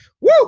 Woo